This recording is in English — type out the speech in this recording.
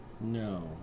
No